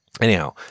Anyhow